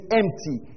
empty